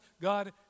God